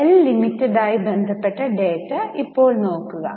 L limited ആയി ബന്ധപ്പെട്ട data ഇപ്പോൾ നോക്കുക